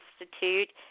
Institute